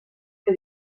que